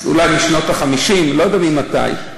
אולי משנות ה-50, לא יודע ממתי.